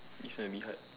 this one a bit hard